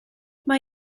mae